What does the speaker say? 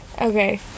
Okay